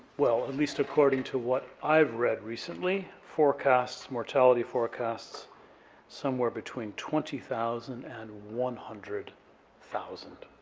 well, at least according to what i've read recently, forecasts, mortality forecasts somewhere between twenty thousand and one hundred thousand.